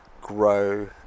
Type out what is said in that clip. grow